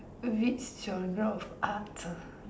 which genre of arts ah